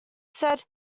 said